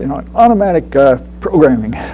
and um automatic ah programming